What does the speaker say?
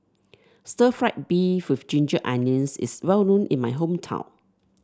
stir fry beef with Ginger Onions is well known in my hometown